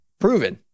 proven